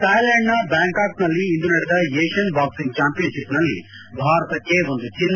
ಥಾಯ್ಲೆಂಡ್ನ ಬ್ಯಾಂಕಾಂಕ್ನಲ್ಲಿ ಇಂದು ನಡೆದ ಏಷಿಯನ್ ಬಾಕ್ಸಿಂಗ್ ಚಾಂಪಿಯನ್ಶಿಪ್ನಲ್ಲಿ ಭಾರತಕ್ಷೆ ಒಂದು ಚಿನ್ನ